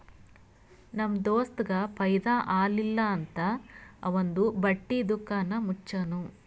ನಮ್ ದೋಸ್ತಗ್ ಫೈದಾ ಆಲಿಲ್ಲ ಅಂತ್ ಅವಂದು ಬಟ್ಟಿ ದುಕಾನ್ ಮುಚ್ಚನೂ